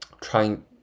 trying